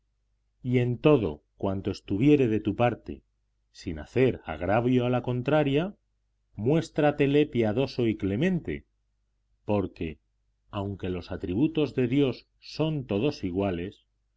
y en todo cuanto estuviere de tu parte sin hacer agravio a la contraria muéstratele piadoso y clemente porque aunque los atributos de dios son todos iguales